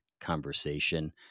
conversation